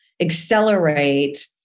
accelerate